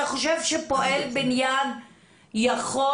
אתה חושב שפועל בניין יכול